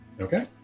Okay